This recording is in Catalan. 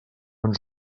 ens